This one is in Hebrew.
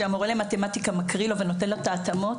שהמורה למתמטיקה מקריא לו ונותן לו את ההתאמות,